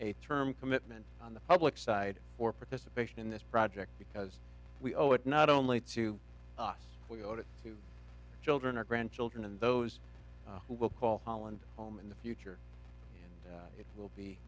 a term commitment on the public side for participation in this project because we owe it not only to us we owe it to children our grandchildren and those who will call holland home in the future it will be